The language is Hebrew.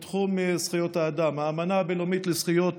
בתחום זכויות האדם: האמנה הבין-לאומית לזכויות